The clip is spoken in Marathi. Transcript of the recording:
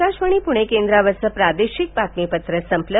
आकाशवाणी प्णे केंद्रावरचं प्रादेशिक बातमीपत्र संपलं